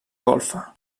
golfa